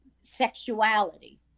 sexuality